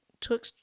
took